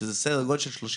שזה סדר גודל של 30%,